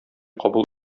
кабул